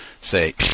say